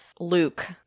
Luke